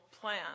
plan